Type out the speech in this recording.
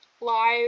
live